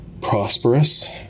prosperous